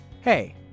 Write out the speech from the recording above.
Hey